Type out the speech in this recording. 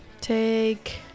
take